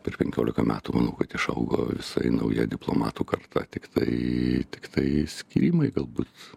per penkioliką metų manau kad išaugo visai nauja diplomatų karta tiktai tiktai išskyrimai galbūt